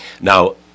Now